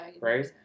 Right